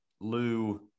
Lou